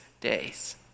days